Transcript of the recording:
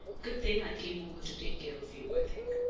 good thing i came over to take care of you, i think.